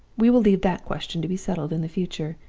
we will leave that question to be settled in the future.